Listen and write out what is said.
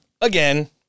Again